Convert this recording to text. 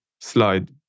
slide